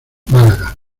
málaga